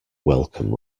welcome